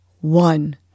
one